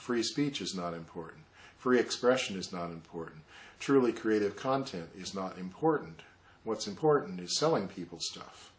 free speech is not important free expression is not important truly creative content is not important what's important is selling people stuff